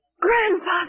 grandfather